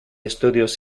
estudios